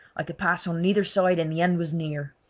i could pass on neither side, and the end was near.